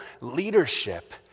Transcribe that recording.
leadership